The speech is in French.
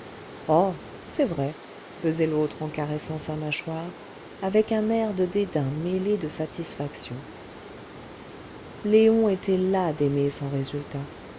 oh c'est vrai faisait l'autre en caressant sa mâchoire avec un air de dédain mêlé de satisfaction léon était las d'aimer sans résultat